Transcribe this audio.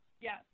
Yes